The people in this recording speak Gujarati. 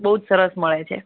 બહુ જ સરસ મળે છે